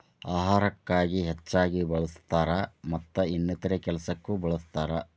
ಅಹಾರಕ್ಕ ಹೆಚ್ಚಾಗಿ ಬಳ್ಸತಾರ ಮತ್ತ ಇನ್ನಿತರೆ ಕೆಲಸಕ್ಕು ಬಳ್ಸತಾರ